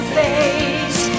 face